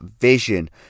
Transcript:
vision